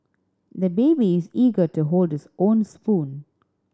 the baby is eager to hold his own spoon